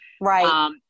right